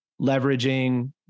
Leveraging